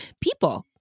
people